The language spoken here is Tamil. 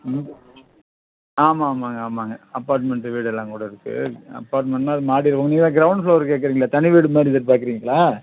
ம் ஆமா ஆமாங்க ஆமாங்க அப்பார்ட்மெண்ட்டு வீடெல்லாம் கூட இருக்குது அப்பார்ட்மெண்ட்னா அது மாடி உங் நீங்கள் தான் க்ரௌண்ட் ஃப்ளோர் கேட்கறீங்களே தனி வீடு மாதிரி எதிர்பார்க்கறீங்களா